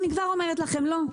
אני כבר אומרת לכם: לא.